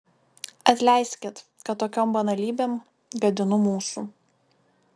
atleiskit kad tokiom banalybėm gadinu mūsų